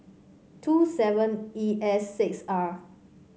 two seven E S six R